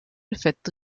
effetto